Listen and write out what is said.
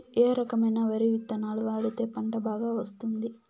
ఏ రకమైన వరి విత్తనాలు వాడితే పంట బాగా వస్తుంది?